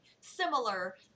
similar